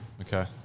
Okay